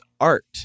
art